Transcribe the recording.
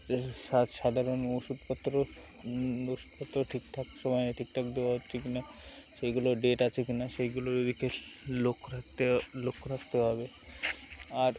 সাধারণ ওষুধপত্রও ওষুধপত্র ঠিক ঠাক সময়ে ঠিক ঠাক দেওয়া হচ্ছে কি না সেইগুলোর ডেট আছে কি না সেইগুলোর দিকে লক্ষ্য রাখতে লক্ষ্য রাখতে হবে আর